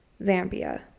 Zambia